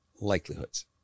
likelihoods